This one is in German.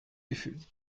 gefühlt